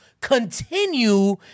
continue